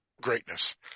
greatness